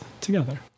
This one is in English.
together